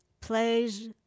plays